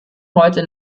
heute